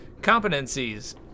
competencies